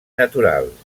naturals